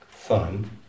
fun